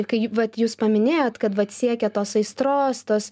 kai vat jūs paminėjot kad vat siekia tos aistros tos